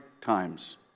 times